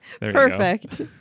perfect